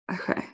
Okay